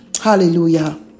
hallelujah